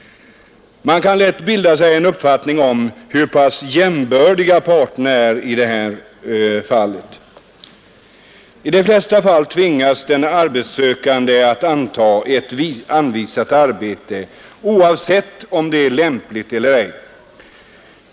Man kan lätt bilda sig en uppfattning om hur pass jämbördiga parterna då är. I de flesta fall tvingas den arbetssökande att anta ett anvisat arbete oavsett om det är lämpligt eller ej.